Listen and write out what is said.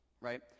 right